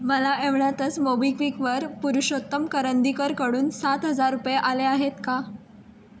मला एवढ्यातच मोबिक्विकवर पुरुषोत्तम करंदीकरककडून सात हजार रुपये आले आहेत का